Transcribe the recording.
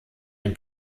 den